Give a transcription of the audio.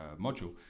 module